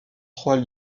trois